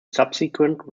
subsequent